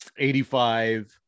85